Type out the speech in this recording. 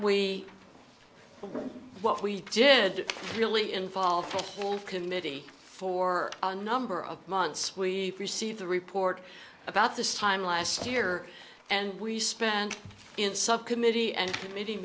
but what we did really involved hold committee for a number of months we received the report about this time last year and we spent in subcommittee and committ